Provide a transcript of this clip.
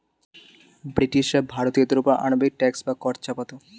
ব্রিটিশরা ভারতীয়দের ওপর অমানবিক ট্যাক্স বা কর চাপাতো